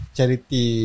Charity